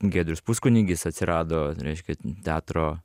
giedrius puskunigis atsirado reiškia teatro